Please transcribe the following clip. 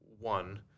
One